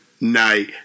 night